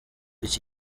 iki